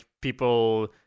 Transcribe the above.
people